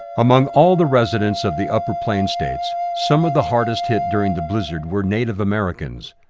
among all the residents of the upper plains states, some of the hardest hit during the blizzard were native americans,